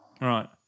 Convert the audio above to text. Right